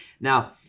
Now